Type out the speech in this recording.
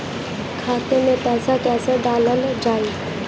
खाते मे पैसा कैसे डालल जाई?